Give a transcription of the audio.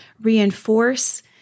reinforce